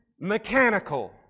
mechanical